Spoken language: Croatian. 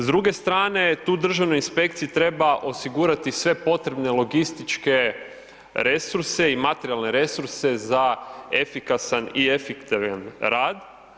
S druge strane, tu državnoj inspekciji treba osigurati sve potrebne logističke resurse i materijalne resurse za efikasan i efektivan rad.